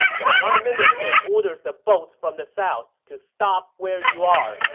the prime minister orders the boats from the south to stop where you are!